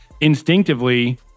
instinctively